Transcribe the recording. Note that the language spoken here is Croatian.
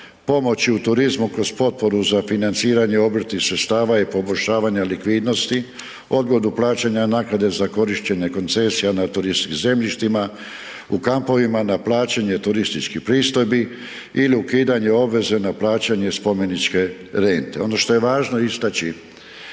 pomoći u turizmu kroz potporu za financiranje obrtnih sredstava i poboljšavanje likvidnosti, odgodu plaćanja naknade za korištenje koncesija na turističkim zemljištima, u kampovima na plaćanje turističkih pristojbi ili ukidanje obveze na plaćanje spomeničke rente. Ono što je važno istači